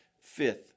Fifth